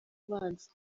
ubanza